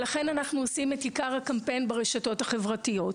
לכן אנחנו עושים את עיקר הקמפיין ברשתות החברתיות,